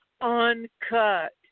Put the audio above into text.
uncut